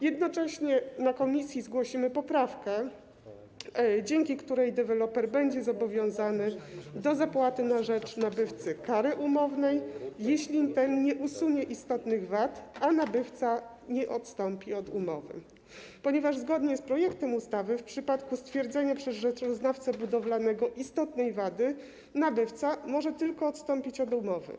Jednocześnie w komisji zgłosimy poprawkę, dzięki której deweloper będzie zobowiązany do zapłaty na rzecz nabywcy kary umownej, jeśli nie usunie istotnych wad, a nabywca nie odstąpi od umowy, ponieważ zgodnie z projektem ustawy w przypadku stwierdzenia przez rzeczoznawcę budowlanego istotnej wady nabywca może tylko odstąpić od umowy.